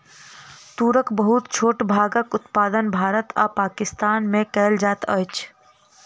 तूरक बहुत छोट भागक उत्पादन भारत आ पाकिस्तान में कएल जाइत अछि